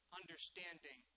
understanding